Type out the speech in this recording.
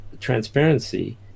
transparency